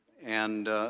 and,